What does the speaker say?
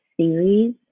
series